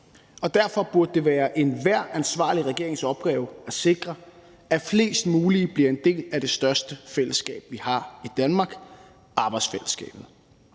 og derfor burde det være enhver ansvarlig regerings opgave at sikre, at flest mulige bliver en del af det største fællesskab, vi har i Danmark, nemlig arbejdsfællesskabet.